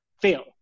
fail